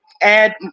add